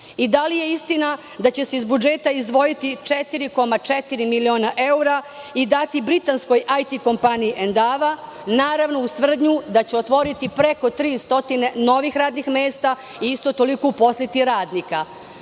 i da li je istina da će se iz budžeta izdvojiti 4,4 miliona evra i dati britanskoj IT kompaniji „Endava“, naravno, uz tvrdnju da će stvoriti preko 300 radnih mesta i isto toliko uposliti radnika?